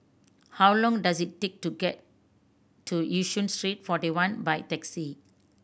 how long does it take to get to Yishun Street Forty One by taxi